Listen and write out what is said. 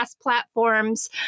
platforms